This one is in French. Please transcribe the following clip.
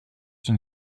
une